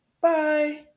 Bye